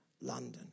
London